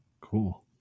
Cool